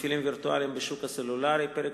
(מפעילים "וירטואליים" בשוק הסלולרי); פרק